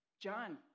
John